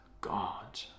God